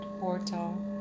portal